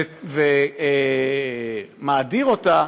ומאדיר אותה,